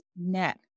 net